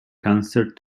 cancer